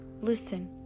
Listen